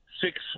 six